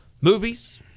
movies